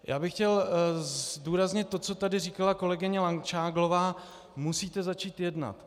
Já bych chtěl zdůraznit to, co tady říkala kolegyně Langšádlová: musíte začít jednat.